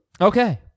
Okay